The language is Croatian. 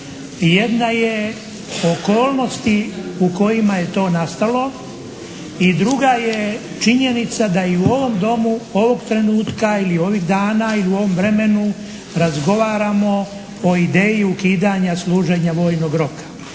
Jedna je okolnosti u kojima je to nastalo i druga je činjenica da i u ovom Domu, ovog trenutku ili ovih dana ili u ovom vremenu razgovaramo o ideji ukidanja služenja vojnog roka.